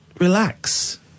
relax